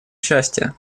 счастья